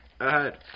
ahead